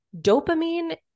dopamine